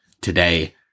today